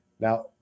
Now